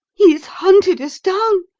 he's hunted us down,